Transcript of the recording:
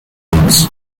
grounds